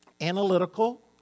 analytical